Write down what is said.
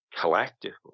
collectively